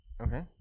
Okay